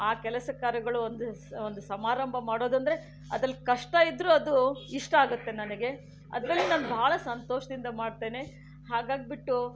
ಆ ಕೆಲಸ ಕಾರ್ಯಗಳು ಒಂದು ಒಂದು ಸಮಾರಂಭ ಮಾಡೋದಂದ್ರೆ ಅದರಲ್ಲಿ ಕಷ್ಟ ಇದ್ದರೂ ಅದು ಇಷ್ಟ ಆಗತ್ತೆ ನನಗೆ ಅದರಲ್ಲಿ ನಾನು ಬಹಳ ಸಂತೋಷದಿಂದ ಮಾಡ್ತೇನೆ ಹಾಗಾಗ್ಬಿಟ್ಟು